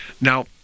Now